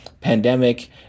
pandemic